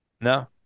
no